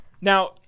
now